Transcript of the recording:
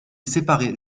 séparait